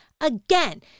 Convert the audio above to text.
Again